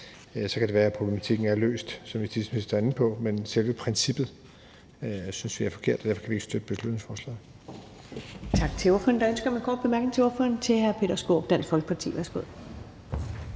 Så kan det være, at problematikken er løst, som justitsministeren er inde på, men selve princippet synes vi er forkert, og derfor kan vi ikke støtte beslutningsforslaget.